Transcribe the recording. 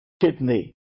kidney